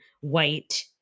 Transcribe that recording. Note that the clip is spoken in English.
white